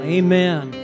amen